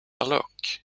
look